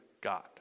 God